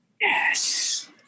Yes